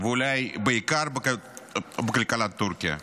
ואולי בעיקר בכלכלת טורקיה.